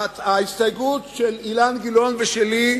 שההסתייגות של אילן גילאון ושלי,